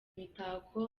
imitako